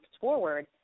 forward